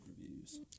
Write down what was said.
reviews